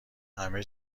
همه